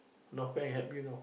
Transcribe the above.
not friend help you know